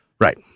Right